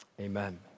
amen